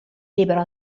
libero